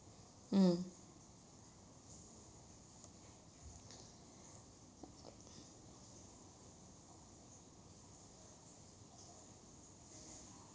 mm